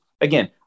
Again